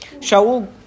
Shaul